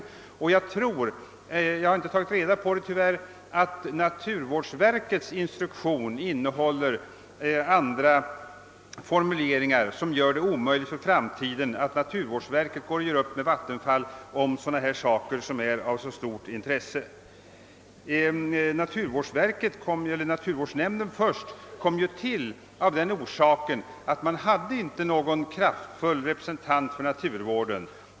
Jag tror — jag har tyvärr inte tagit reda på det — att det nya naturvårdsverkets instruktion innehåller formuleringar som gör det omöjligt för verket att i framtiden göra upp med Vattenfall i frågor av så stort intresse. Naturvårdsnämnden kom ju till av den anledningen att man inte tidigare hade någon kraftfull representant för naturvårdsintressena.